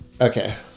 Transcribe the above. Okay